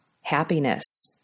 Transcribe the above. happiness